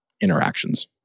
interactions